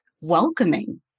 welcoming